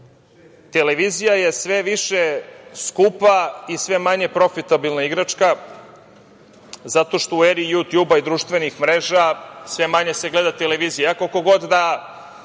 Televizija je sve više skupa i sve manje profitabilna igračka zato što u eri Jutjuba i društvenih mreža sve manje se gleda televizija. Koliko